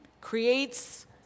creates